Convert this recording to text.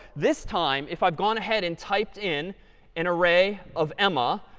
this time, if i've gone ahead and typed in an array of emma,